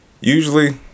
Usually